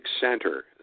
center